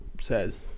says